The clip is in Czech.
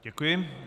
Děkuji.